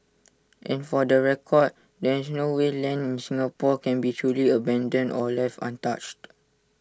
and for the record there is no way land in Singapore can be truly abandoned or left untouched